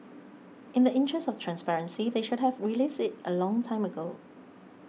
in the interest of transparency they should have released it a long time ago